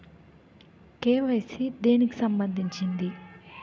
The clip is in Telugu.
కే.వై.సీ దేనికి సంబందించింది?